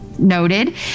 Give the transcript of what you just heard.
noted